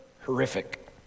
horrific